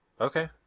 Okay